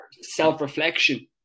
self-reflection